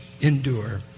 Endure